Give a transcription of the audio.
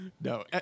No